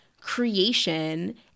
creation